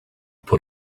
put